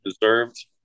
deserved